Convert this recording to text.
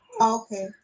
Okay